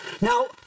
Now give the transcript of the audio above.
Now